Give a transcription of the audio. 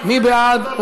מי בעד?